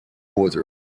water